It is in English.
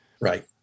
Right